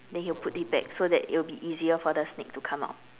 then he will put it back so that it will be easier for the snake to come out